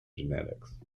genetics